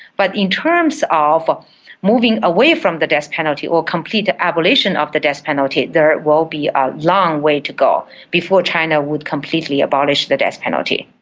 but in terms of moving away from the death penalty or complete abolition of the death penalty there will be a long way to go before china would completely abolish the death penalty.